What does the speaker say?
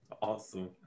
awesome